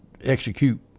execute